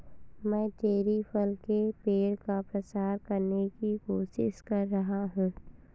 मैं चेरी फल के पेड़ का प्रसार करने की कोशिश कर रहा हूं